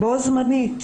בו זמנית,